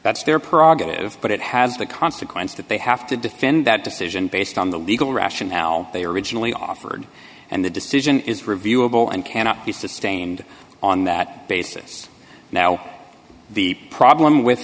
that's their prerogative but it has the consequence that they have to defend that decision based on the legal rationale they originally offered and the decision is reviewable and cannot be sustained on that basis now the problem with